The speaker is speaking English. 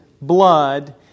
blood